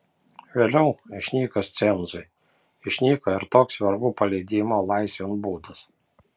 vėliau išnykus cenzui išnyko ir toks vergų paleidimo laisvėn būdas